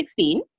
2016